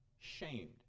shamed